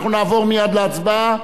אנחנו נעבור מייד להצבעה,